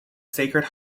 sacred